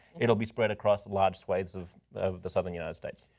it will be spread across large swaths of of the southern united states.